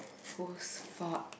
whose fault